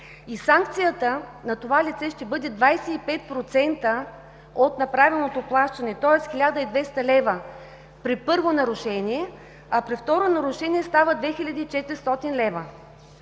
и санкцията на това лице ще бъде 25% от направеното плащане, тоест 1200 лв. при първо нарушение, а при второ нарушение става 2400 лв.